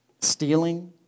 stealing